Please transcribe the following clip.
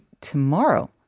tomorrow